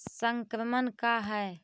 संक्रमण का है?